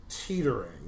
teetering